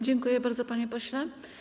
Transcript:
Dziękuję bardzo, panie pośle.